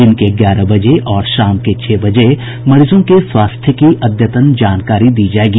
दिन के ग्यारह बजे और शाम के छह बजे मरीजों के स्वास्थ्य की अद्यतन जानकारी दी जायेगी